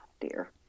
dear